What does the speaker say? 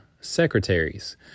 secretaries